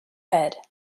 head